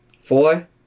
Four